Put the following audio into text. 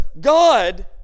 God